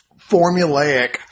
formulaic